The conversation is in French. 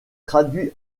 traduit